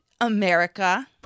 America